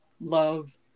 love